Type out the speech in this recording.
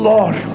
Lord